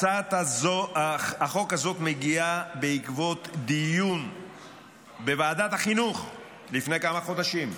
הצעת החוק הזאת מגיעה בעקבות דיון בוועדת החינוך לפני כמה חודשים.